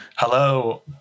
Hello